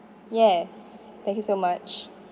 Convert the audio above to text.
yes thank you so much